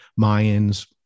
Mayans